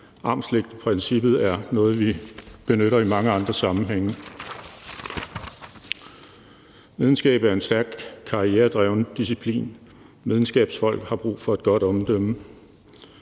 Armslængdeprincippet er noget, vi benytter i mange andre sammenhænge. Videnskab er en stærkt karrieredrevet disciplin. Videnskabsfolk har brug for et godt omdømme.